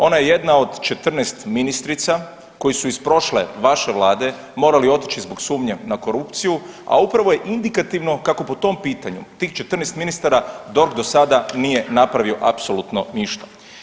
Ona je jedna od jedna od 14 ministrica koje su iz prošle vaše vlade morali otići zbog sumnje na korupciju, a upravo je indikativno kako po tom pitanju tih 14 ministara DORH do sada nije napravio apsolutno ništa.